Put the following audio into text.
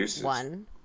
one